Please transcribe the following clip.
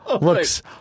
looks